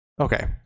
okay